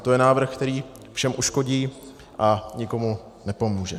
To je návrh, který všem uškodí a nikomu nepomůže.